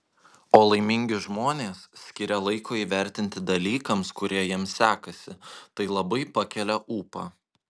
o laimingi žmonės skiria laiko įvertinti dalykams kurie jiems sekasi tai labai pakelia ūpą